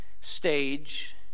stage